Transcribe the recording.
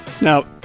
Now